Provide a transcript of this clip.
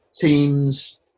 teams